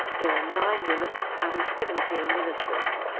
there are nine women out of seventeen ministers.